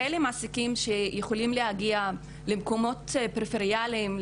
מעסיקים שיכולים להגיע למקומות פריפריאליים,